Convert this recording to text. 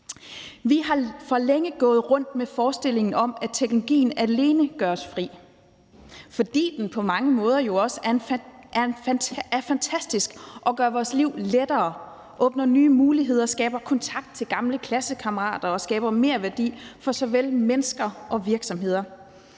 Vi har for længe gået rundt med forestillingen om, at teknologien alene gør os fri, fordi den på mange måder også er fantastisk og gør vores liv lettere, åbner nye muligheder, skaber kontakt til gamle klassekammerater og skaber merværdi for såvel mennesker som virksomheder.